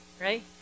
right